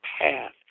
path